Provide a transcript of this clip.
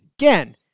Again